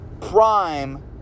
prime